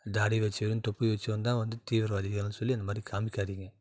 தாடி வச்சவனும் தொப்பி வச்சவனும் தான் வந்து தீவிரவாதிகள்னு சொல்லி அந்த மாதிரி காமிக்காதிங்க